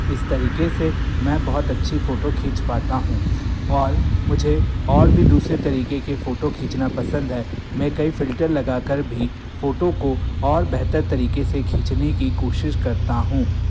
इस तरीके से मैं बहुत अच्छी फ़ोटो खींच पाता हूँ और मुझे और भी दूसरे तरीके के फ़ोटो खींचना पसंद है मैं कई फ़िल्टर लगाकर भी फ़ोटो को और बेहतर तरीके से खींचने की कोशिश करता हूँ